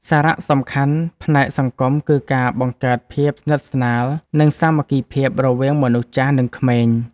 សារៈសំខាន់ផ្នែកសង្គមគឺការបង្កើតភាពស្និទ្ធស្នាល និងសាមគ្គីភាពរវាងមនុស្សចាស់ និងក្មេង។